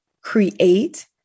create